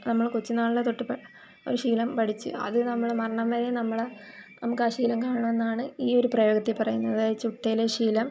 നമ്മൾ കൊച്ചുനാളിലേതൊട്ട് ഒരു ശീലം പഠിച്ച് അത് നമ്മൾ മരണം വരേയും നമ്മൾ നമുക്കാ ശീലം കാണുമെന്നാണ് ഈ ഒരു പ്രയോഗത്തിൽ പറയുന്നത് അതായത് ചൊട്ടയിലെ ശീലം